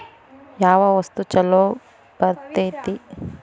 ಯಾವ ವಸ್ತು ಛಲೋ ಬರ್ತೇತಿ?